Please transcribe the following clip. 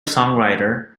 songwriter